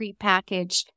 prepackaged